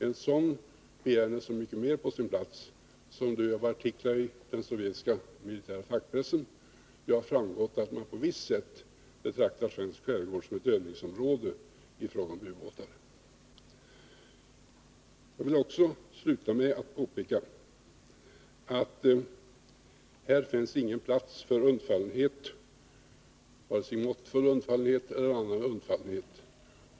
En sådan utrustning är så mycket mer på sin plats som det av artiklar i den sovjetiska militära fackpressen har framgått att man på visst sätt betraktar svensk skärgård som ett övningsområde för ubåtar. Här finns ingen plats för undfallenhet. Det gläder mig att justitieministern delar den uppfattningen.